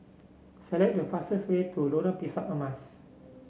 select the fastest way to Lorong Pisang Emas